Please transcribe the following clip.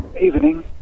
Evening